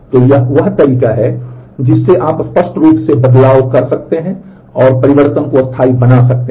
तो यह वह तरीका है जिससे आप स्पष्ट रूप से बदलाव कर सकते हैं और परिवर्तन को स्थायी बना सकते हैं